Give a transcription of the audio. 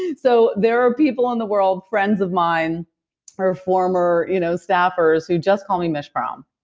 and so there are people in the world, friends of mine or former, you know staffers who just call me michprom